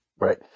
Right